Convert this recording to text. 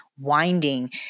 winding